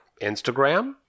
Instagram